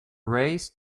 race